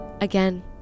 Again